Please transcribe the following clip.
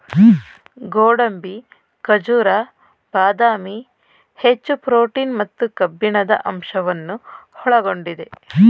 ಗೋಡಂಬಿ, ಖಜೂರ, ಬಾದಾಮಿ, ಹೆಚ್ಚು ಪ್ರೋಟೀನ್ ಮತ್ತು ಕಬ್ಬಿಣದ ಅಂಶವನ್ನು ಒಳಗೊಂಡಿದೆ